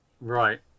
Right